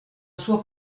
sua